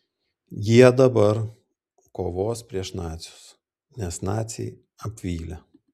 jie dabar kovos prieš nacius nes naciai apvylė